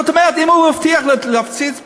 זאת אומרת, אם הוא הבטיח להפציץ באיראן,